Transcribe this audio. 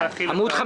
זה להכיל את ההעברה.